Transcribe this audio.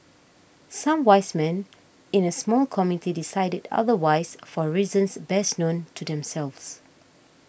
some 'wise men' in a small committee decided otherwise for reasons best known to themselves